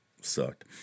sucked